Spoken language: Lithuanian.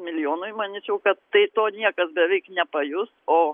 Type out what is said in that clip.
milijonui manyčiau kad tai to niekas beveik nepajus o